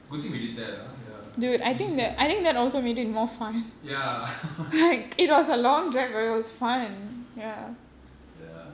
good thing we did that ah ya easier sia ya